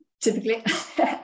typically